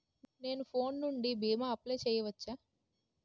నేను ఫోన్ నుండి భీమా అప్లయ్ చేయవచ్చా?